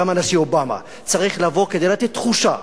גם הנשיא אובמה צריך לבוא כדי לתת תחושה